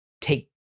take